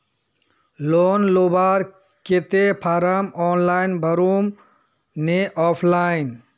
Loan लुबार केते form online भरुम ने ऑफलाइन?